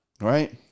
Right